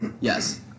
Yes